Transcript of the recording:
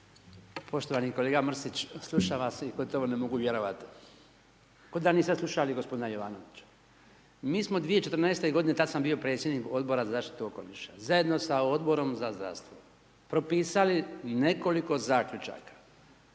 Poštovani kolega Mrsić slušam vas i gotovo ne mogu vjerovati. Ko da niste slušali gospodina Jovanovića. Mi smo 2014. godine tada sam bio predsjednik Odbora za zaštitu okoliša zajedno sa Odborom za zdravstvo propisali nekoliko Zaključaka,